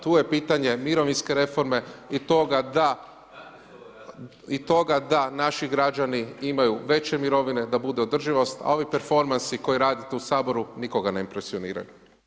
Tu je pitanje mirovinske reforme i toga da naši građani imaju veće mirovine, da bude održivost, a ovi performansi koje radite u Saboru nikoga ne impresioniraju.